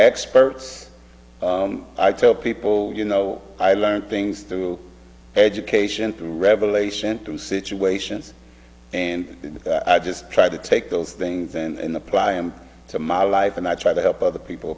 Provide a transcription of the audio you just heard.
experts i tell people you know i learn things through education through revelation through situations and i just try to take those things and apply it to my life and i try to help other people